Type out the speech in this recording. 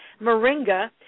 Moringa